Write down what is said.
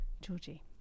Georgie